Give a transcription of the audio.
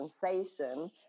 sensation